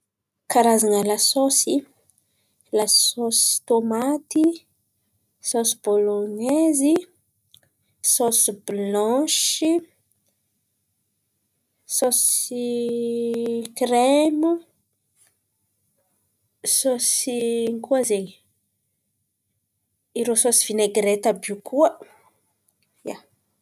Karazan̈a sôsy: lasôsy tômaty, sôsy bôlônezy, sôsy blanshy, sôsy kremo, sôsy ino koa zen̈y? Irô sôsy vinaigrety àby io koà, ià!